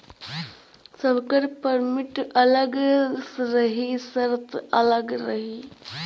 सबकर परमिट अलग रही सर्त अलग रही